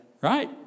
right